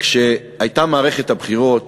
כשהייתה מערכת הבחירות